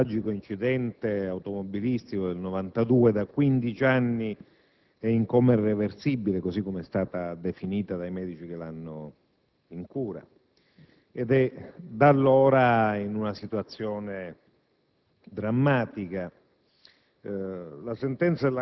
Signor Presidente, anch'io voglio esprimere la valutazione mia e del mio Gruppo sul dibattito che si è aperto dopo l'intervento del collega Mantovano.